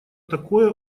такое